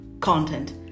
content